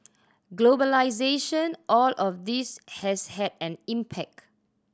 globalisation all of this has had an impact